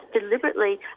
deliberately